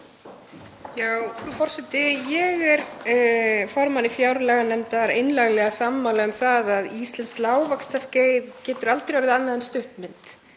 Frú forseti. Ég er formanni fjárlaganefndar einlæglega sammála um það að íslenskt lágvaxtaskeið getur aldrei orðið annað en stuttmynd